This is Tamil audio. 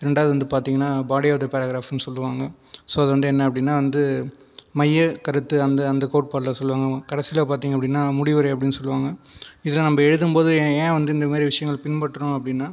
ரெண்டாவது வந்து பார்த்தீங்கன்னா பாடி ஆஃப் தி பேரக்ரஃப்னு சொல்லுவாங்க ஸோ அது வந்து என்ன அப்படினா வந்து மைய கருத்து அந்த அந்த கோட்பாடில் சொல்லுவாங்க கடைசியில் பார்த்தீங்க அப்படினா முடிவுரை அப்படினு சொல்லுவாங்க இதெல்லாம் நம்ம எழுதும் போது ஏன் வந்து இந்த மாதிரி விஷயங்கள் பின்பற்றுறோம் அப்படினா